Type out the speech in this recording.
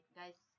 guys